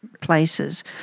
places